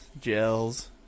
gels